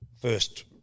first